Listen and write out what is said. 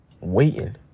Waiting